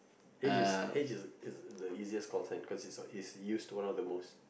H is H is is the easiest call sign because it's a it's used one of the most